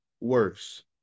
worse